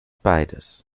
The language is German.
beides